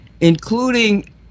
including